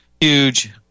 huge